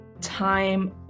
time